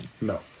No